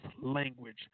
language